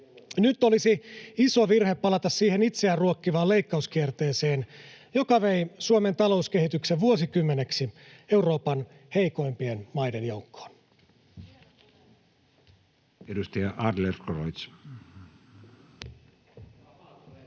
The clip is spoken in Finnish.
Nyt olisi iso virhe palata siihen itseään ruokkivaan leikkauskierteeseen, joka vei Suomen talouskehityksen vuosikymmeneksi Euroopan heikoimpien maiden joukkoon. [Speech